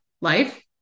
life